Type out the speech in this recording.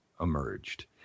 emerged